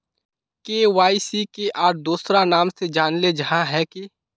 KYC के आर दोसरा नाम से जानले जाहा है की?